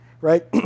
right